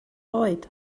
oed